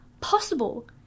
possible